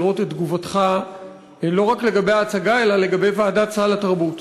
לראות את תגובתך לא רק לגבי ההצגה אלא לגבי ועדת סל התרבות.